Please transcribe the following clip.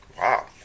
Wow